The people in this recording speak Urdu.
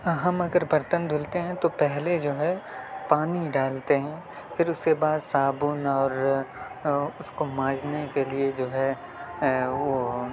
ہم اگر برتن دھلتے ہیں تو پہلے جو ہے پانی ڈالتے ہیں پھر اس کے بعد صابن اور اس کو مانجھنے کے لیے جو ہے